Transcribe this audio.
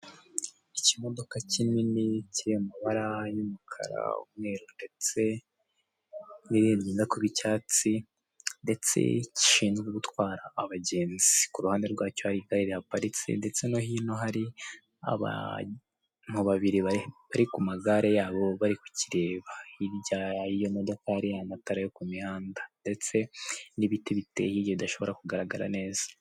Ikimodoka kinini kiri mu mabara y'umukara, umweru ndetse n'irindi ryenda kuba icyatsi, ndetse gishinzwe gutwara abagenzi ku ruhande rwacyo hari igare rihaparitse ndetse no hino hari abantu babiri bari ku magare yabo bari ku kireba ,hirya yiyo modoka hari amatara yo ku mihanda ndetse n'ibiti biteye bidashobora kugaragara neza.